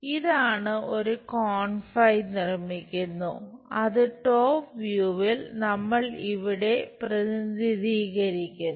അതിനാൽ top view നമ്മൾ ഇവിടെ പ്രതിനിധീകരിക്കുന്നു